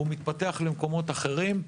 שמתפתח למקומות אחרים,